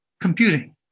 computing